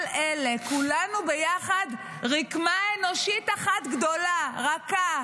כל אלה, כולנו ביחד רקמה אנושית אחת גדולה, רכה,